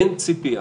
אין ציפייה,